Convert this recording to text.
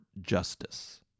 justice